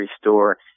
store